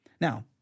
Now